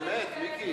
באמת, מיקי.